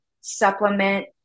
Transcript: supplement